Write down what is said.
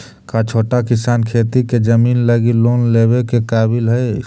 का छोटा किसान खेती के जमीन लगी लोन लेवे के काबिल हई?